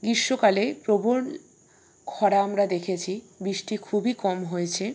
গ্রীষ্মকালে প্রবল খরা আমরা দেখেছি বৃষ্টি খুবই কম হয়েছে